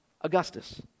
Augustus